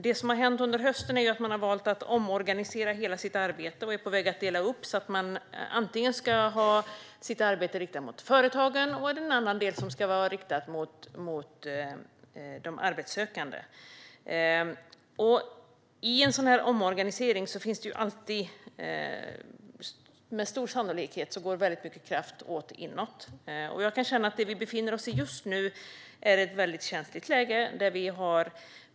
Det som har hänt under hösten är att man har valt att omorganisera hela sitt arbete. Man är på väg att dela upp det. En del av arbetet ska vara riktad mot företagen, och en annan del ska vara riktad mot de arbetssökande. I en sådan omorganisering går det med stor sannolikhet åt väldigt mycket kraft inåt. Jag kan känna att vi just nu befinner oss i ett väldigt känsligt läge.